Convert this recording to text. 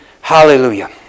Hallelujah